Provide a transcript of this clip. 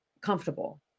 comfortable